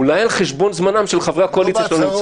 אולי על חשבון זמנם של חברי הקואליציה,